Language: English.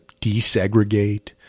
desegregate